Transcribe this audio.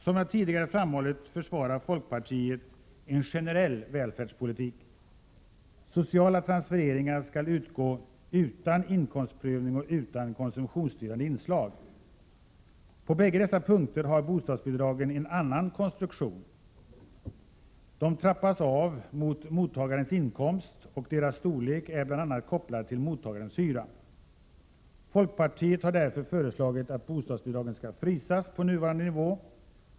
Som jag tidigare framhållit försvarar folkpartiet en generell välfärdspolitik. Sociala transfereringar skall utgå utan inkomstprövning och utan konsumtionsstyrande inslag. På bägge dessa punkter har bostadsbidragen en annan konstruktion. De trappas av mot mottagarens inkomst, och deras storlek är bl.a. kopplad till mottagarens hyra. Folkpartiet har därför föreslagit att bostadsbidragen skall frysas på nuvarande nivå.